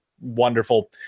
wonderful